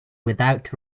without